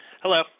Hello